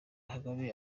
kagame